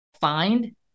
find